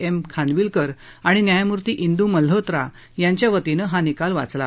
M Khanwilkar आणि न्यायमूर्ती इंदू मल्होत्रा यांच्या वतीनं हा निकाल वाचला